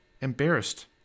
embarrassed